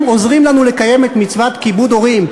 חבר הכנסת הורוביץ.